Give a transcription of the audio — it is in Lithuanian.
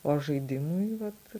o žaidimui vat